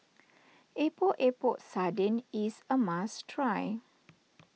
Epok Epok Sardin is a must try